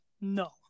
no